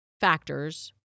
factors